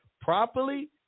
properly